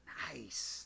nice